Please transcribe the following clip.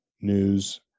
news